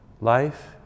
Life